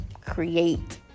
create